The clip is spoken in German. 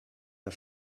der